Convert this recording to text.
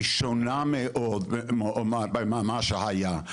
היא שונה מאוד ממה שהיה.